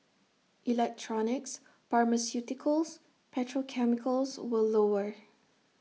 electronics pharmaceuticals petrochemicals were lower